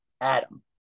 Adam